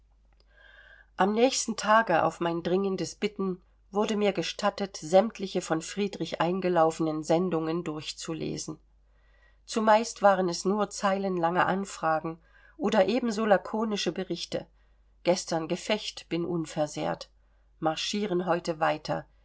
am nächsten tage auf mein dringendes bitten wurde mir gestattet sämtliche von friedrich eingelaufenen sendungen durchzulesen zumeist waren es nur zeilenlange anfragen oder ebenso lakonische berichte gestern gefecht bin unversehrt marschieren heute weiter